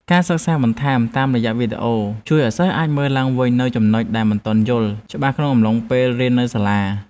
ការសិក្សាបន្ថែមតាមរយៈវីដេអូជួយឱ្យសិស្សអាចមើលឡើងវិញនូវចំណុចដែលមិនទាន់យល់ច្បាស់ក្នុងអំឡុងពេលរៀននៅសាលា។